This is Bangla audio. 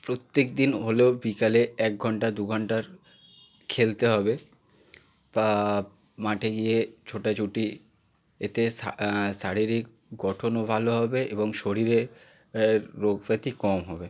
প্রত্যেক দিন হলেও বিকালে এক ঘণ্টা দু ঘণ্টা খেলতে হবে বা মাঠে গিয়ে ছোটাছুটি এতে শারীরিক গঠনও ভালো হবে এবং শরীরে রোগ ব্যাধি কম হবে